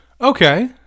Okay